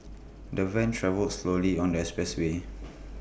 the van travelled slowly on the expressway